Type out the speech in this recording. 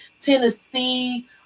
Tennessee